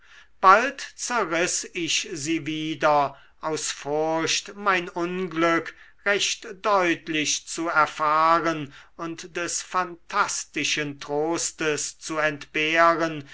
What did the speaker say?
bald zerriß ich sie wieder aus furcht mein unglück recht deutlich zu erfahren und des phantastischen trostes zu entbehren